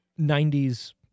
90s